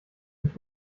ich